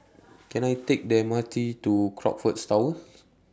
Can I Take The M R T to Crockfords Tower